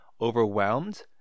overwhelmed